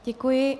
Děkuji.